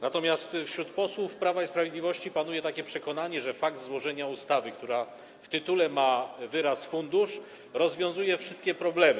Natomiast wśród posłów Prawa i Sprawiedliwości panuje przekonanie, że fakt złożenia ustawy, która ma w tytule wyraz „fundusz”, rozwiązuje wszystkie problemy.